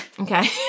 Okay